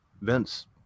Vince